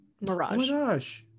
Mirage